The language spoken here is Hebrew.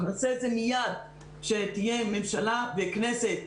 אנחנו נעשה את זה מייד כשתהיה ממשלה וכנסת.